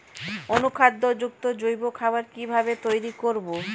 অনুখাদ্য যুক্ত জৈব খাবার কিভাবে তৈরি করব?